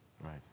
Right